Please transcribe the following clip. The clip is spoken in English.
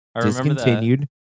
Discontinued